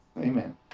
Amen